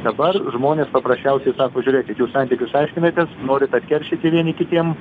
dabar žmonės paprasčiausiai sako žiūrėkit jūs santykius aiškinatės norit atkeršyti vieni kitiem